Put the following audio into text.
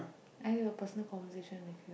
i need to have a personal conversation with you